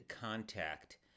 contact